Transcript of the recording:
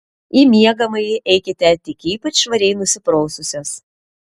į miegamąjį eikite tik ypač švariai nusipraususios